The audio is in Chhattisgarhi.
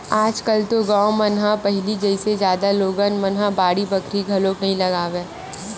आज कल तो गाँव मन म पहिली जइसे जादा लोगन मन ह बाड़ी बखरी घलोक नइ लगावय